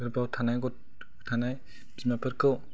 गोरबोआव थानाय बिमाफोरखौ